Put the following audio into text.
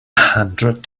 hundred